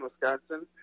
Wisconsin